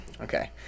Okay